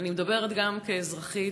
אני מדברת גם כאזרחית.